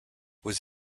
was